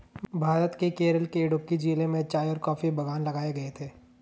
भारत के केरल के इडुक्की जिले में चाय और कॉफी बागान लगाए गए थे